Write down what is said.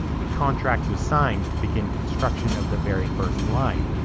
a contract was signed to begin construction of the very first line.